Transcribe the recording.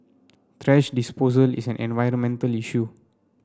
thrash disposal is an environmental issue